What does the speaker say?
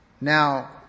Now